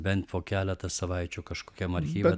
bent po keletą savaičių kažkokiam archyve